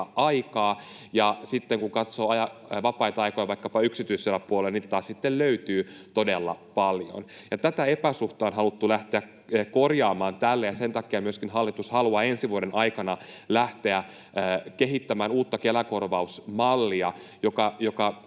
aikaa, ja sitten kun katsoo vapaita aikoja vaikkapa yksityisellä puolella, niitä taas sitten löytyy todella paljon. Tätä epäsuhtaa on haluttu lähteä korjaamaan tällä, ja sen takia hallitus myöskin haluaa ensi vuoden aikana lähteä kehittämään uutta Kela-korvausmallia, joka